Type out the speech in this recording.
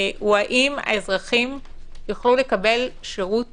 האם האזרחים יוכלו לקבל שירות